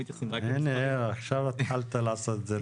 הנה, עכשיו התחלת להשיב נכון.